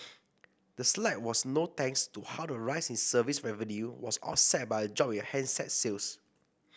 the slide was no thanks to how a rise in service revenue was offset by a drop in handset sales